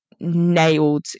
nailed